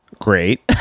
great